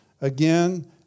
again